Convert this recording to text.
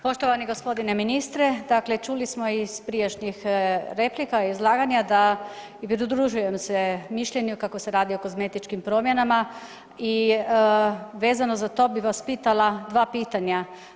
Poštovani g. ministre, dakle čuli smo iz prijašnjih replika i izlaganja da i pridružujem se mišljenju kako se radi o kozmetičkim promjenama i vezano za to bi vas pitala dva pitanja.